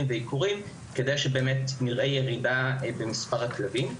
ועיקורים כדי שבאמת נראה ירידה במספר הכלבים.